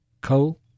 coal